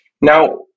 Now